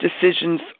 decisions